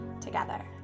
together